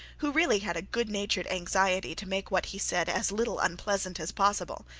who really had a good-natured anxiety to make what he said as little unpleasant as possible.